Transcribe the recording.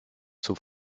zum